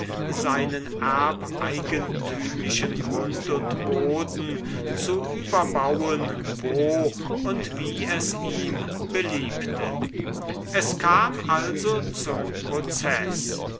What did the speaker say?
seinen erbeigentümlichen grund und boden zu überbauen wo und wie es ihm beliebte es kam also zum proceß